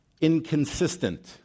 Inconsistent